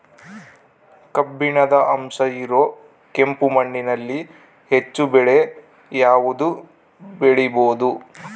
ಕಬ್ಬಿಣದ ಅಂಶ ಇರೋ ಕೆಂಪು ಮಣ್ಣಿನಲ್ಲಿ ಹೆಚ್ಚು ಬೆಳೆ ಯಾವುದು ಬೆಳಿಬೋದು?